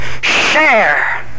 share